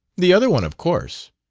the other one, of course.